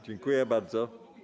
Dziękuję bardzo.